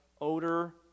odor